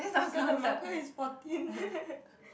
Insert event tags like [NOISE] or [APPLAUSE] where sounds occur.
so the market is fourteen [LAUGHS]